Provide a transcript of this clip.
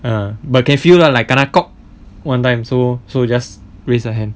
ya but can feel lah like kena one time so so just raise your hand